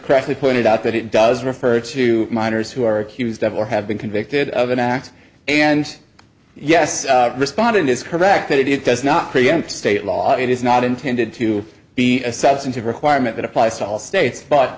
correctly pointed out that it does refer to minors who are accused of or have been convicted of an act and yes respondent is correct that it does not preempt state law it is not intended to be a substantive requirement that applies to all states but